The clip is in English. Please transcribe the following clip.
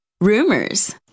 rumors